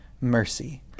mercy